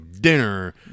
dinner